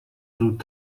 زود